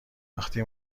وقتی